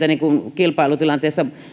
kilpailutilanteessa